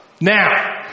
Now